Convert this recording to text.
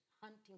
hunting